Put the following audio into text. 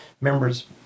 members